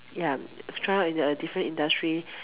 ya try out in a different industry